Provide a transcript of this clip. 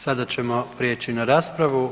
Sada ćemo prijeći na raspravu.